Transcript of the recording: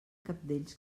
cabdells